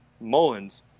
Mullins